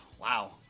wow